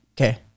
Okay